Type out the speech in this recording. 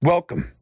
Welcome